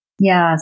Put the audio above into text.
Yes